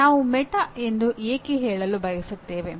ನಾವು ಮೆಟಾ ಎಂದು ಏಕೆ ಹೇಳಲು ಬಯಸುತ್ತೇವೆ